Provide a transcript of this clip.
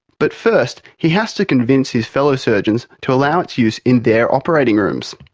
but first he has to convince his fellow surgeons to allow its use in their operating rooms,